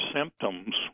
symptoms